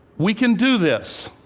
we can do this.